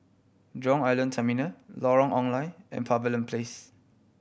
Jurong Island Terminal Lorong Ong Lye and Pavilion Place